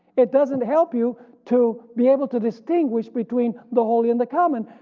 it doesn't help you to be able to distinguish between the holy and the common,